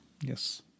Yes